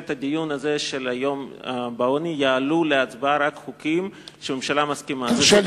הדיון הזה של יום המאבק בעוני יעלו להצבעה רק חוקים שהממשלה מסכימה להם.